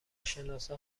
شناسا